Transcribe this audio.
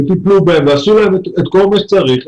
טיפלו בהם ועשו להם כל מה שצריך,